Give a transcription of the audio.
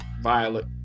Violet